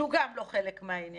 שהוא גם לא חלק מהעניין.